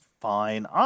fine